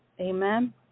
Amen